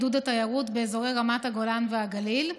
עידוד התיירות באזורי רמת הגולן והגליל).